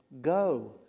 Go